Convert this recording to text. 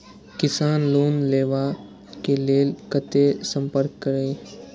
किसान लोन लेवा के लेल कते संपर्क करें?